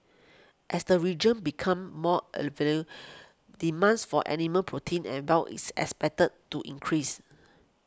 as the region becomes more demands for animal protein and wow is expected to increase